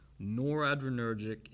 noradrenergic